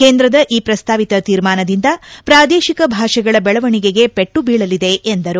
ಕೇಂದ್ರದ ಈ ಪ್ರಸ್ತಾವಿತ ತೀರ್ಮಾನದಿಂದ ಪ್ರಾದೇಶಿಕ ಭಾಷೆಗಳ ಬೆಳವಣಿಗೆಗೆ ಪೆಟ್ಟು ಬೀಳಲಿದೆ ಎಂದರು